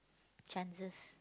chances